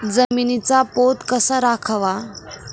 जमिनीचा पोत कसा राखावा?